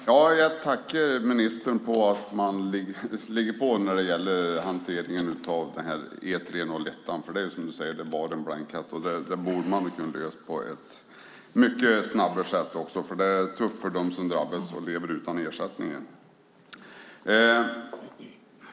Herr talman! Jag tackar ministern för att han ligger på när det gäller hanteringen av E301:an, för det är som du säger bara en blankett. Det borde man kunna lösa på ett mycket snabbare sätt, för det är tufft för dem som drabbas och lever utan ersättning.